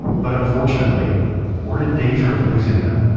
but unfortunately we're in danger of losing them.